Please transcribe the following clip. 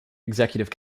executive